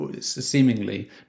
seemingly